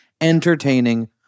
entertaining